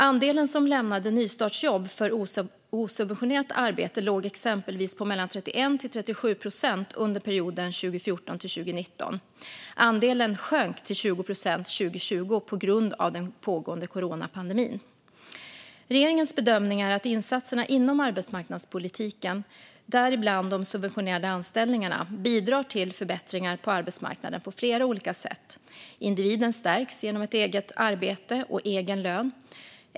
Andelen som lämnade nystartsjobb för osubventionerat arbete låg exempelvis på mellan 31 och 37 procent under perioden 2014-2019. Andelen sjönk till 20 procent 2020 på grund av den pågående coronapandemin. Regeringens bedömning är att insatserna inom arbetsmarknadspolitiken, däribland de subventionerade anställningarna, bidrar till förbättringar på arbetsmarknaden på flera olika sätt. Individen stärks genom eget arbete och egen lön.